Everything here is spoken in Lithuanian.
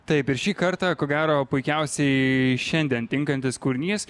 taip ir šį kartą ko gero puikiausiai šiandien tinkantis kūrinys